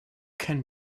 can